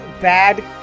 bad